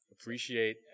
appreciate